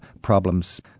problems